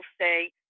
say